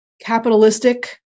capitalistic